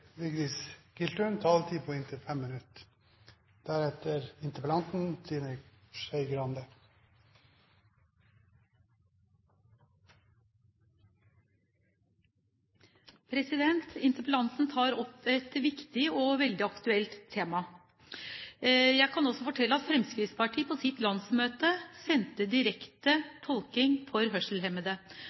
Interpellanten tar opp et viktig og veldig aktuelt tema. Jeg kan fortelle at Fremskrittspartiet på sitt landsmøte sendte direkte tolking for